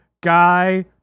guy